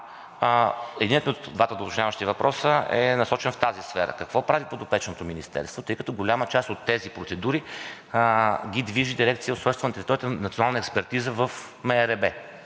Единият от двата уточняващи въпроса е насочен в тази сфера: какво прави подопечното Ви министерство, тъй като голяма част от тези процедури ги движи дирекция „Устройство на територията и национална експертиза“ в